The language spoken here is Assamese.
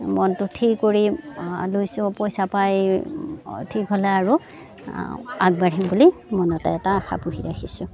মনটো ঠিৰ কৰি লৈছোঁ পইচা পাই ঠিক হ'লে আৰু আগবাঢ়িম বুলি মনতে এটা আশা পুহি ৰাখিছোঁ